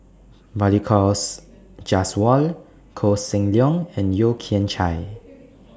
Balli Kaur Jaswal Koh Seng Leong and Yeo Kian Chye